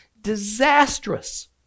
disastrous